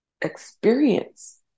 experience